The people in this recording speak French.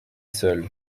seule